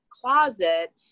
closet